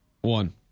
One